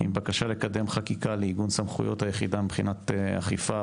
עם בקשה לקדם חקיקה לעיגון סמכויות היחידה מבחינת אכיפה,